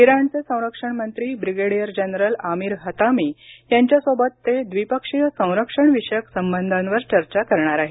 इराणचे संरक्षण मंत्री ब्रिगेडीयर जनरल आमीर हतामी यांच्यासोबत ते द्विपक्षीय संरक्षणविषयक संबधांवर चर्चा करणार आहेत